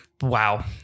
Wow